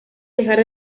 dejar